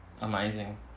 amazing